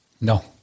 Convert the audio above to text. no